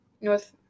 North